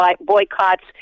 boycotts